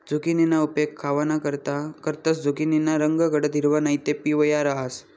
झुकिनीना उपेग खावानाकरता करतंस, झुकिनीना रंग गडद हिरवा नैते पिवया रहास